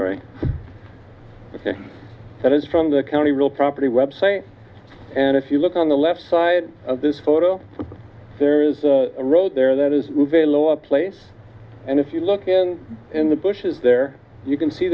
right that is from the county real property website and if you look on the left side of this photo there is a road there that is very low up place and if you look in in the bushes there you can see